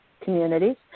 communities